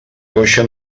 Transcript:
coixa